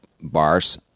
bars